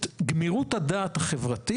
שימור ביציות קיים לפני פטירה, לא אחרי פטירה.